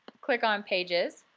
click on pages,